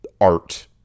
art